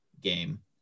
game